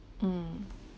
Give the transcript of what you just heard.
mm